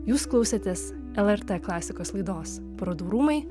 jūs klausėtės lrt klasikos laidos parodų rūmai